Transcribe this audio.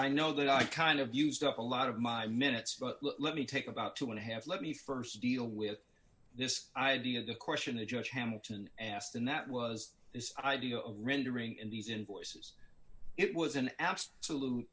i know that i kind of used up a lot of my minutes but let me take about two and a half let me st deal with this idea of the question a judge hamilton and asked and that was this idea of rendering in these invoices it was an absolute